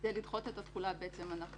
כדי לדחות את התחולה הנחנו